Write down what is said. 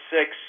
six